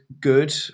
good